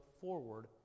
forward